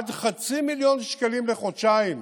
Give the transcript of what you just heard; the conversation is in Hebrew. עד חצי מיליון שקלים לחודשיים.